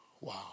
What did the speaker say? Wow